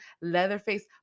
Leatherface